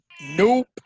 nope